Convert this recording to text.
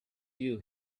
you